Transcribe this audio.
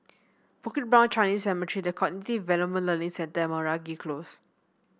Bukit Brown Chinese Cemetery The Cognitive Development Learning Centre and Meragi Close